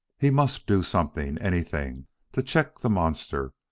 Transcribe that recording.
he must do something anything to check the monster,